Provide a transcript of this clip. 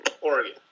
Oregon